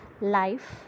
life